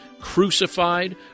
crucified